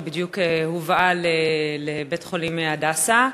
היא בדיוק הובאה לבית-החולים "הדסה".